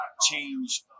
change